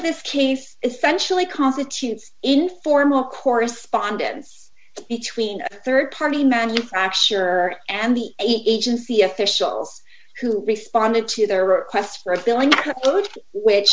this case essentially constitutes informal correspondence between a rd party manufacturer and the agency officials who responded to their request for a billing